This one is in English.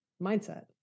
mindset